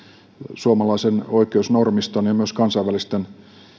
suomalaisen oikeusnormiston ja myös kansainvälisten